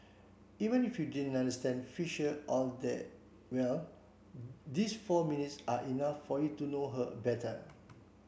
even if you didn't understand Fisher all that well these four minutes are enough for you to know her better